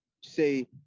say